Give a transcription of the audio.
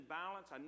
balance